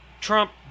Trump